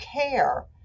care